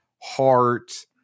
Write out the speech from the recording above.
heart